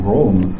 Rome